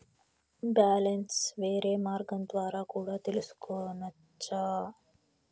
Balance వేరే మార్గం ద్వారా కూడా తెలుసుకొనొచ్చా?